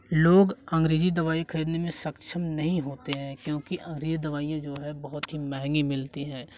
लोग अंग्रेजी दवाई खरीदने में सक्षम नहीं होते हैं क्योंकि अगर यह दवाइयाँ जो है बहुत ही महंगी मिलती हैं